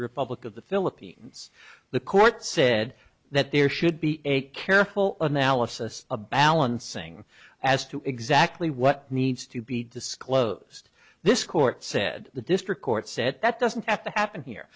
republic of the philippines the court said that there should be a careful and alice s a balancing as to exactly what needs to be disclosed this court said the district court said that doesn't have to happen here